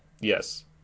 Yes